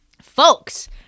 folks